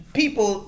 people